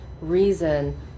reason